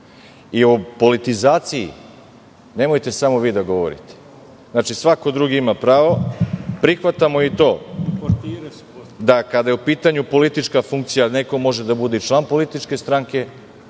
I o politizaciji nemojte samo vi da govorite. Znači, svako drugi ima pravo. Prihvatamo i to, da kada je u pitanju politička funkcija neko može da bude i član političke stranke,